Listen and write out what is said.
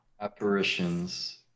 Apparitions